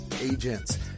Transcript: agents